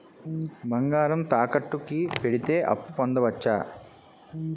బంగారం తాకట్టు కి పెడితే అప్పు పొందవచ్చ?